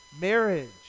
marriage